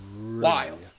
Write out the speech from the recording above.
wild